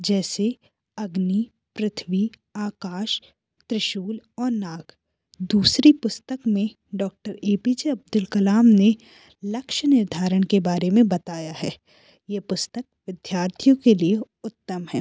जैसे अग्नि पृथ्वी आकाश त्रिशूल और नाग दूसरी पुस्तक में doctor A P J Abdul Kalam ने लक्ष्य निर्धारण के बारे में बताया है ये पुस्तक विद्यार्थियों के लिए उत्तम है